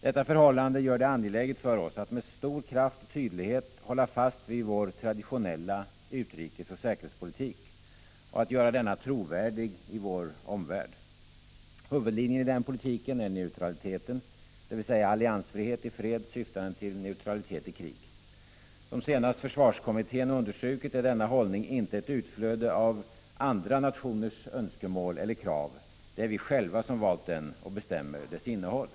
Detta förhållande gör det angeläget för oss att med stor kraft och tydlighet hålla fast vid vår traditionella utrikesoch säkerhetspolitik och att göra denna trovärdig i vår omvärld. Huvudlinjen i denna politik är neutraliteten, dvs. alliansfrihet i fred syftande till neutralitet i krig. Som senast försvarskommittén har understrukit, är denna hållning inte ett utflöde av andra nationers önskemål eller krav, utan det är vi själva som har valt den och bestämmer dess innehåll.